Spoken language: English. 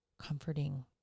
comforting